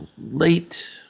late